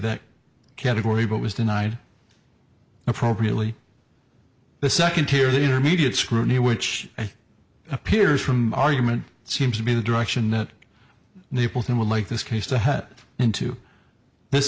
that category but was denied appropriately the second tier intermediate scrutiny which appears from argument seems to be the direction it naples and would like this case to head into this